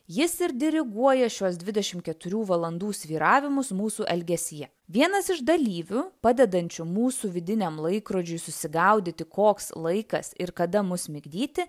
jis ir diriguoja šiuos dvidešimt keturių valandų svyravimus mūsų elgesyje vienas iš dalyvių padedančių mūsų vidiniam laikrodžiui susigaudyti koks laikas ir kada mus migdyti